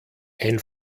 ein